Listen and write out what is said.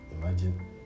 Imagine